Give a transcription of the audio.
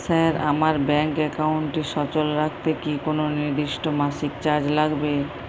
Sir আমার bank একাউন্টটি সচল রাখতে কি কোনো নির্দিষ্ট মাসিক চার্জ লাগবে?